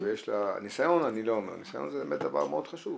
הניצול זה לא תלוי בחרדים.